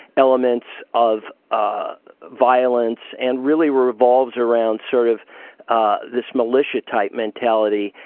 elements of ah violence, and really revolves around sort of ah this militia-type mentality.